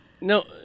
no